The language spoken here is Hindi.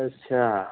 अच्छा